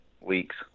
weeks